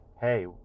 hey